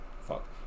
fuck